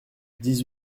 dix